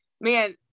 man